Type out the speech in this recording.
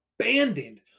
abandoned